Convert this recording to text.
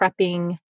prepping